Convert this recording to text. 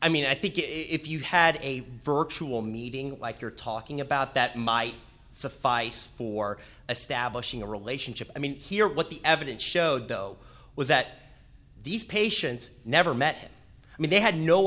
i mean i think if you had a virtual meeting like you're talking about that might suffice for a stablish in a relationship i mean here what the evidence showed though was that these patients never met i mean they had no